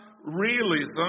realism